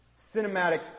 Cinematic